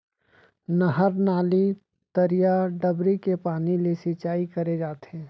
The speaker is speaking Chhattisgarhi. नहर, नाली, तरिया, डबरी के पानी ले सिंचाई करे जाथे